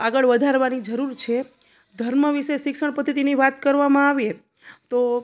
આગળ વધારવાની જરૂર છે ધર્મ વિશે શિક્ષણ પદ્ધતિની વાત કરવામાં આવે તો